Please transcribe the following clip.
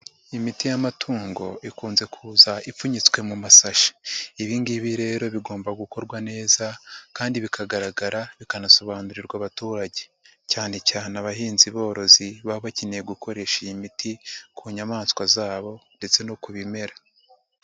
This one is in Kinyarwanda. Imiti y'amatungo ikunze kuza ipfunyitswe mu masashi. Ibi ngibi rero bigomba gukorwa neza kandi bikagaragara bikanasobanurirwa abaturage cyane cyane abahinzi borozi baba bakeneye gukoresha iyi miti ku nyamaswa zabo ndetse no ku bimera.